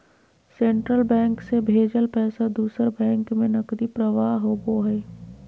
central Bank से भेजल पैसा दूसर बैंक में नकदी प्रवाह होबो हइ